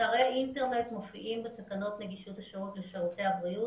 אתרי אינטרנט מופיעים בתקנות נגישות השירות לשירותי הבריאות,